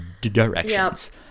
directions